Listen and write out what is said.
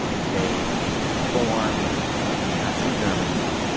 they inform nazi germany.